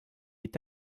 est